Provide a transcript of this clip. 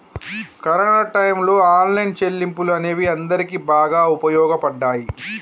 corona టైయ్యంలో online చెల్లింపులు అనేవి అందరికీ బాగా వుపయోగపడ్డయ్యి